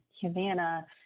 Havana